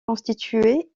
constituée